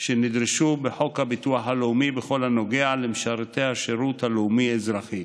שנדרשו בחוק הביטוח הלאומי בכל הנוגע למשרתי השירות הלאומי-אזרחי.